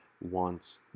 Wants